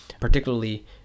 particularly